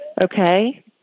Okay